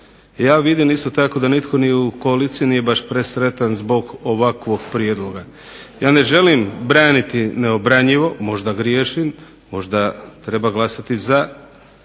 ja vidim isto tako da nitko ni u koaliciji nije baš presretan zbog ovakvog prijedloga. Ja ne želim braniti neobranjivo, možda griješim, možda treba glasati za,